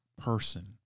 person